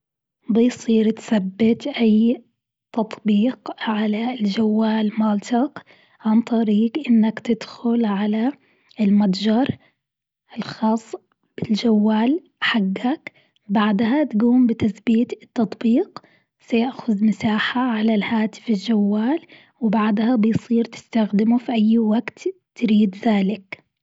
بيصير تثبت أي تطبيق على الجوال مالتك عن طريق إنك تدخل على المتجر الخاص بالجوال حقك، بعدها تقوم بتثبيت التطبيق سيأخذ مساحة على الهاتف الجوال وبعدها بيصير تستخدمه في أي وقت تريد ذلك.